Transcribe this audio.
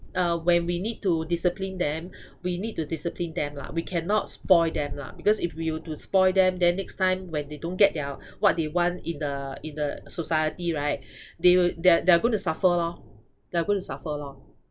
uh when we need to discipline them we need to discipline them lah we cannot spoil them lah because if we were to spoil them then next time when they don't get their what they want in the in the society right they will they're they're going to suffer lor they're going to suffer lor